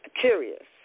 Curious